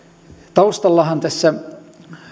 taustallahan tässä